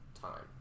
time